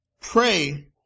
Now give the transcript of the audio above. pray